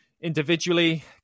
Individually